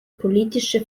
politische